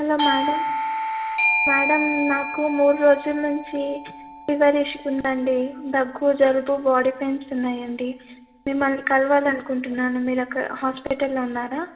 hello madam madam నాకు మూడు రోజుల నుంచి ఫీవరిష్గుందండి దగ్గు జలుబు బాడీ పెయిన్స్ ఉన్నాయండి మిమ్మల్ని కలవాలనుకుంటున్నాను మీరక్కడ హాస్పిటల్లో ఉన్నారా